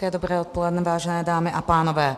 Hezké dobré odpoledne, vážené dámy a pánové.